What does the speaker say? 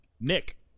Nick